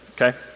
okay